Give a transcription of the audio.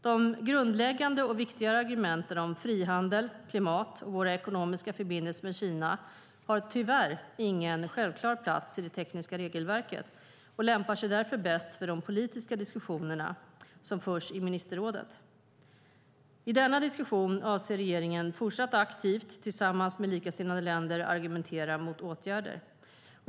De grundläggande och viktigare argumenten om frihandel, klimat och våra ekonomiska förbindelser med Kina har tyvärr ingen självklar plats i det tekniska regelverket och lämpar sig därför bäst för den politiska diskussionen som förs i ministerrådet. I denna diskussion avser regeringen att fortsatt aktivt, tillsammans med likasinnade länder, argumentera mot åtgärder.